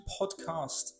podcast